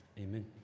Amen